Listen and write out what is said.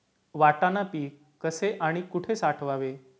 वाटाणा पीक कसे आणि कुठे साठवावे?